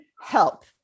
Help